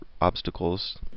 obstacles